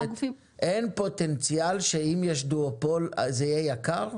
אין פוטנציאל שאם יש דואופול, זה יהיה יקר?